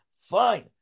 fine